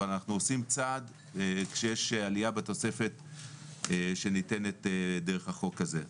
אבל אנחנו עושים צעד כשיש עלייה בתוספת שניתנת דרך החוק הזה.